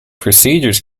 procedures